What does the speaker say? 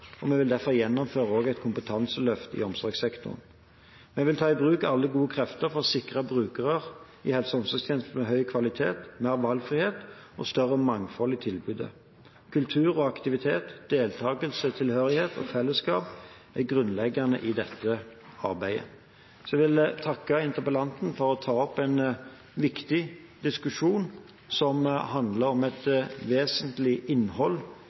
og vi vil derfor gjennomføre et kompetanseløft i omsorgssektoren. Vi vil ta i bruk alle gode krefter for å sikre brukerne i helse- og omsorgstjenester høy kvalitet, mer valgfrihet og større mangfold i tilbudet. Kultur, aktivitet, deltakelse, tilhørighet og fellesskap er grunnleggende i dette arbeidet. Jeg vil takke interpellanten for å ta opp en viktig diskusjon som handler om et vesentlig innhold i gode tjenester, ikke minst om et vesentlig innhold